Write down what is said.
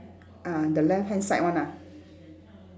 ah the left hand side one ah